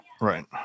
Right